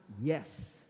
Yes